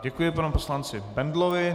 Děkuji panu poslanci Bendlovi.